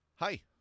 hi